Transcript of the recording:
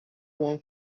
won